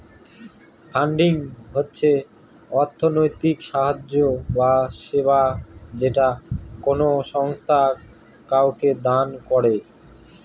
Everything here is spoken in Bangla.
ফান্ডিং হচ্ছে অর্থনৈতিক সাহায্য বা সেবা যেটা কোনো সংস্থা কাউকে দান করে